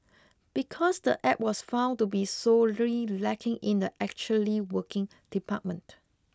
because the App was found to be sorely lacking in the actually working department